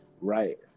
Right